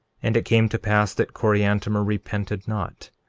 and it came to pass that coriantumr repented not,